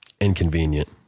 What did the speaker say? inconvenient